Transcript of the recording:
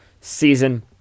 season